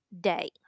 day